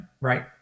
Right